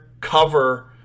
cover